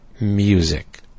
music